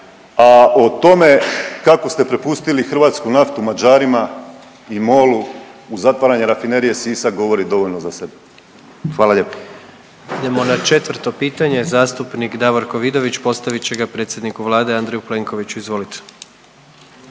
a o tome kako ste prepustili hrvatsku naftu Mađarima i MOL-u uz zatvaranje Rafinerije Sisak govori dovoljno za sebe. Hvala lijepo.